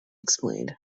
explained